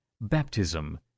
Baptism